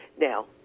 Now